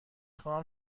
خواهم